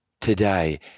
today